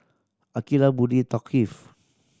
Aqilah Budi Thaqif